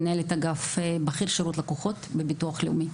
מנהלת אגף בכיר שירות לקוחות בביטוח לאומי.